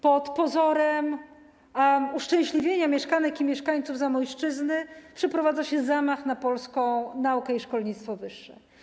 Pod pozorem uszczęśliwienia mieszkanek i mieszkańców Zamojszczyzny przeprowadza się zamach na polską naukę i polskie szkolnictwo wyższe.